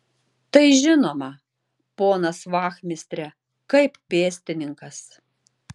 tai žinoma ponas vachmistre kaip pėstininkas